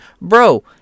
Bro